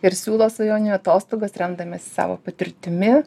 ir siūlo svajonių atostogas remdamiesi savo patirtimi